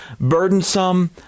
burdensome